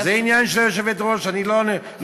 זה עניין של היושבת-ראש, אני לא מתערב.